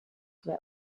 were